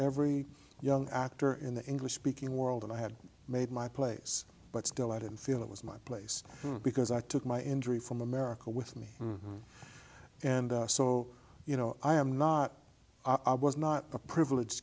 every young actor in the english speaking world and i had made my place but still i didn't feel it was my place because i took my injury from america with me and so you know i am not i was not a privilege